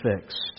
fixed